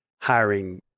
hiring